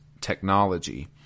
technology